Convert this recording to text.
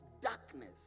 darkness